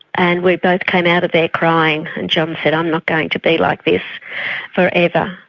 and we both came out of there crying, and john said, i'm not going to be like this forever.